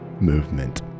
movement